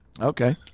Okay